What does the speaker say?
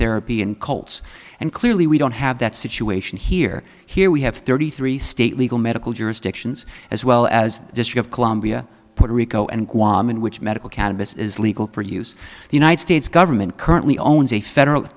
therapy and cults and clearly we don't have that situation here here we have thirty three state legal medical jurisdictions as well as district of columbia puerto rico and guam in which medical cannabis is legal for use the united states government currently owns a federal